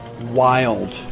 Wild